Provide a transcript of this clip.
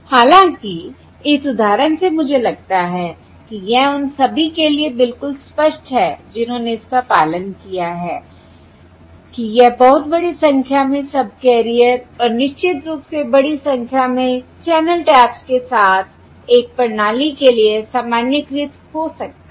हालांकि इस उदाहरण से मुझे लगता है कि यह उन सभी के लिए बिल्कुल स्पष्ट है जिन्होंने इसका पालन किया है कि यह बहुत बड़ी संख्या में सबकैरियर और निश्चित रूप से बड़ी संख्या में चैनल टैप्स के साथ एक प्रणाली के लिए सामान्यीकृत हो सकता है